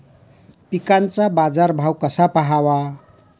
पिकांचा बाजार भाव कसा पहावा?